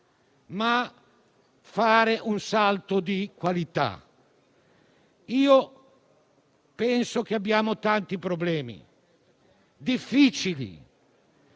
ma fare un salto di qualità. Penso che abbiamo tanti problemi difficili